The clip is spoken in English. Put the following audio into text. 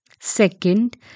second